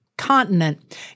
continent